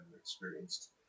experienced